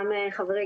חברי,